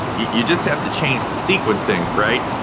you just have to change the sequencing. right.